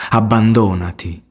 abbandonati